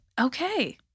Okay